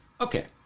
okay